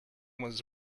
was